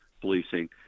policing